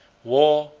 war,